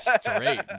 straight